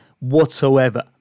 whatsoever